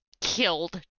killed